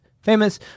famous